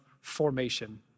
formation